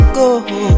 go